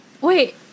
Wait